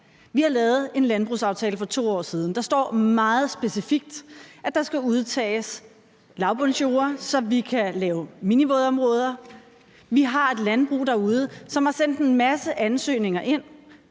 Vi har lavet en landbrugsaftale for 2 år siden. Der står meget specifikt, at der skal udtages lavbundsjorder, så vi kan lave minivådområder. Vi har et landbrug derude, som har sendt en masse ansøgninger ind.